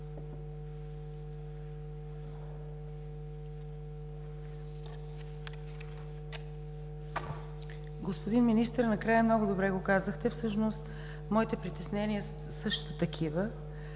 Господин Министър, накрая много добре го казахте. Всъщност моите притеснения са също такива